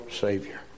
Savior